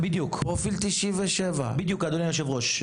בדיוק, אדוני היו"ר.